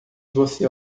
você